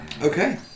Okay